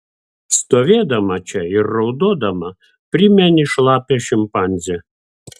stovėdama čia ir raudodama primeni šlapią šimpanzę